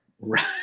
Right